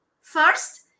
first